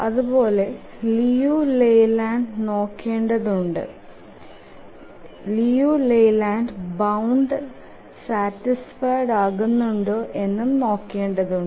അതുപോലെ ലിയു Leyland bound satisfied ആകുന്നുണ്ടോ എന്നും നോക്കേണ്ടത് ഉണ്ട്